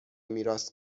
میراث